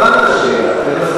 הבנו את השאלה.